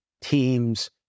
Teams